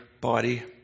body